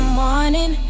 morning